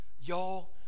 y'all